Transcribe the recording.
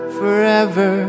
forever